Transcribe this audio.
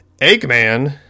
Eggman